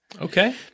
Okay